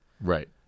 right